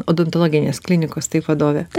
odontologinės klinikos taip vadovė